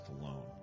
alone